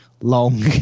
long